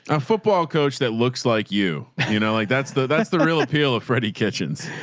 a football coach that looks like you, you know, like that's the, that's the real appeal of freddy kitchens.